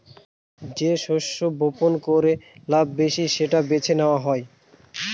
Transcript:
যে শস্য বপন করে লাভ বেশি সেটা বেছে নেওয়া হয়